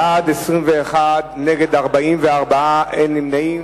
בעד, 21, נגד, 44, אין נמנעים.